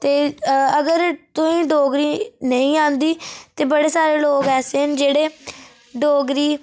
ते अगर तुसें गी डोगरी नेईं औंदी ते बड़े सारे लोक ऐसे न जेह्ड़े डोगरी